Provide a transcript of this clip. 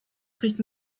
trägt